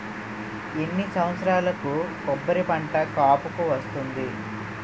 ఎన్ని సంవత్సరాలకు కొబ్బరి పంట కాపుకి వస్తుంది?